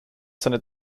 seine